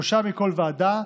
שלושה מכל ועדה,